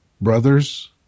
brothers